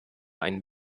ein